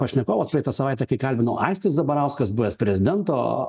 pašnekovas praeitą savaitę kai kalbinau aistis zabarauskas buvęs prezidento